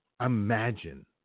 Imagine